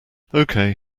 okay